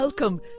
Welcome